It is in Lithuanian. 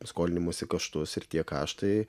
skolinimosi kaštus ir tie kaštai